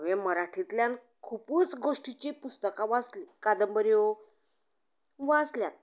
हांवें मराठींतल्यान खुबूच गोष्टीची पुस्तकां वाचली कादंबऱ्यो वाचल्या